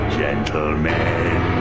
gentlemen